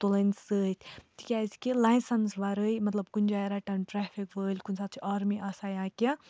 تُلٕنۍ سۭتۍ تِکیٛازِکہِ لایسَنٕس وَرٲے مطلب کُنہِ جایہِ رَٹَن ٹرٮ۪فِک وٲلۍ کُنہِ ساتہٕ چھِ آرمی آسان یا کیٚنٛہہ